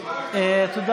15. תספור.